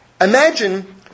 Imagine